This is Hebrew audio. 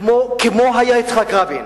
כמו היה יצחק רבין.